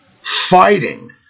fighting